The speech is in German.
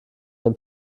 den